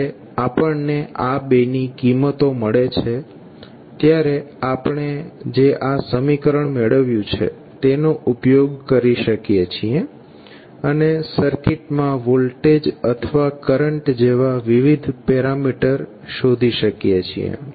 જ્યારે આપણને આ બે ની કિંમતો મળે છે ત્યારે આપણે જે આ સમીકરણ મેળવ્યુ છે તેનો ઉપયોગ કરી શકીએ છીએ અને સર્કિટમાં વોલ્ટેજ અથવા કરંટ જેવા વિવિધ પેરામીટર શોધી શકીએ છીએ